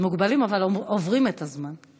מוגבלים, אבל עוברים את הזמן.